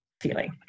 feeling